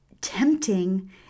tempting